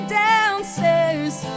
downstairs